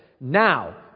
Now